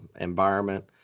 environment